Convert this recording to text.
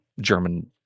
German